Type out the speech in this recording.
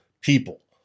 people